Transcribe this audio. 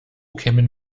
kämen